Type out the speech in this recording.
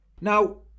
Now